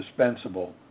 indispensable